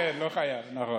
כן, לא חייב, נכון.